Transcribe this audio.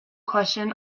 question